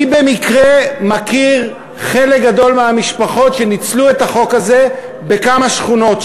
אני במקרה מכיר חלק גדול מהמשפחות שניצלו את החוק הזה בכמה שכונות,